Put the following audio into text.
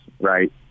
right